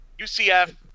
UCF